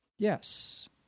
Yes